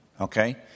okay